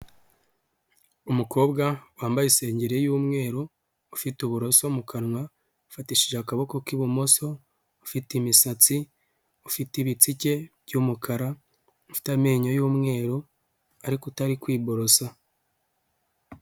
Umukobwa wambaye isengeri y'umweru, ufite uburoso mu kanwa, afatishije akaboko k'ibumoso, ufite imisatsi, ufite ibitsike by'umukara, ufite amenyo y'umweru ariko utari kwiborosa.